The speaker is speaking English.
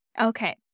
Okay